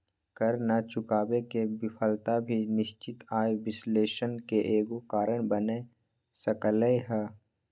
कर न चुकावे के विफलता भी निश्चित आय विश्लेषण के एगो कारण बन सकलई ह